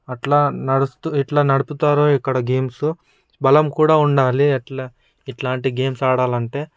అట్లా నడుస్తూ ఎట్లా నడుపుతారో ఇక్కడ గేమ్స్ బలం కూడా ఉండాలి అట్లాం ఇట్లాంటి గేమ్స్ ఆడాలంటే